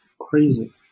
crazy